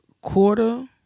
quarter